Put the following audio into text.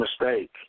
mistake